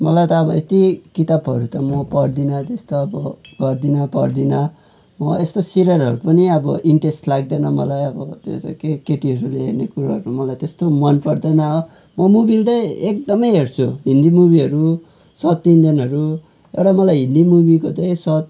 मलाई त अब यत्ति किताबहरू त म पढ्दिन त्यस्तो अब पढ्दिन पढ्दिन म यस्तो सिरियलहरू पनि अब इन्ट्रेस्ट लाग्दैन मलाई अब त्यो त केटीहरूले हेर्ने कुराहरू मलाई त्यस्तो मन पर्दैन म मुभी चाहिँ एकदमै हेर्छु हिन्दी भुभीहरू साउथ इन्डियनहरू एउटा मलाई हिन्दी मुभीको चाहिँ साउथ